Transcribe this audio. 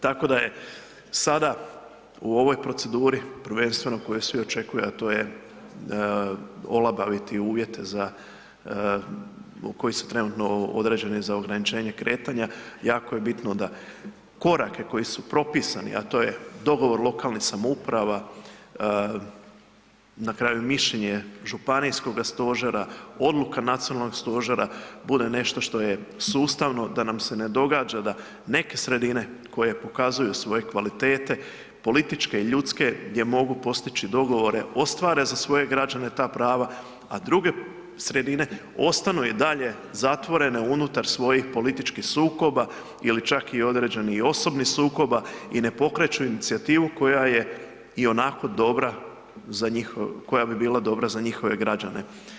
Tako da je sada u ovoj proceduri prvenstveno koju svi očekuju, a to je olabaviti uvjet za, koji su trenutno određeni za ograničenje kretanja, jako je bitno da korake koji su propisani, a to je dogovor lokalnih samouprava, na kraju mišljenje županijskoga stožera, odluka nacionalnog stožera, bude nešto što je sustavno, da nam se ne događa da neke sredine koje pokazuju svoje kvalitete, političke i ljudske, gdje mogu postići dogovore, ostvare za svoje građane ta prava, a druge sredine ostanu i dalje zatvorene unutar svojih političkih sukoba ili čak i određenih i osobnih sukoba i ne pokreću inicijativu koja je ionako dobra za, koja bi bila dobra za njihove građane.